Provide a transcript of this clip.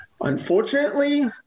Unfortunately